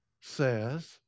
says